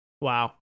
Wow